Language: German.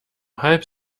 halb